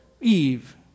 Eve